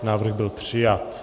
Návrh byl přijat.